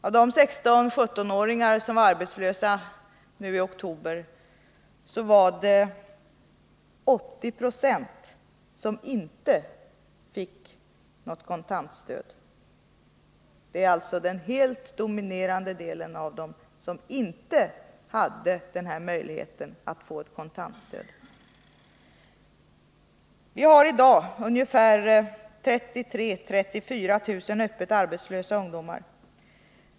Av de 16-17-åringar som var arbetslösa i oktober var det 80 26 som inte fick något kontant stöd. Det är alltså den helt dominerande delen av dem som inte har möjlighet att få kontant stöd. Vi har i dag 33 000-34 000 öppet arbetslösa ungdomar.